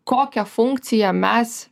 kokią funkciją mes